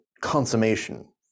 consummation